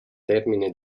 termine